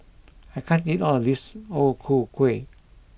I can't eat all this O Ku Kueh